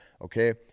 okay